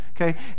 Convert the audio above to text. okay